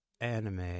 anime